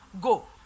go